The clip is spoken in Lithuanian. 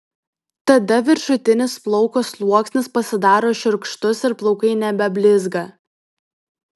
tada viršutinis plauko sluoksnis pasidaro šiurkštus ir plaukai nebeblizga